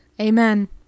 Amen